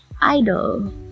idol